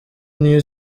new